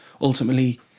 ultimately